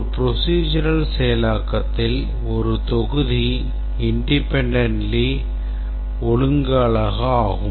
ஒரு procedural செயலாக்கத்தில் ஒரு தொகுதி independently ஒழுங்கு அலகு ஆகும்